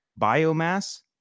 biomass